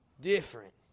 Different